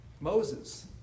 Moses